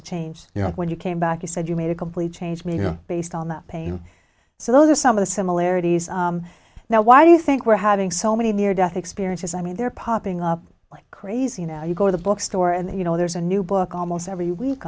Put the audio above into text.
batiste change you know when you came back you said you made a complete change media based on the pain so those are some of the similarities now why do you think we're having so many near death experiences i mean they're popping up like crazy now you go to the bookstore and you know there's a new book almost every week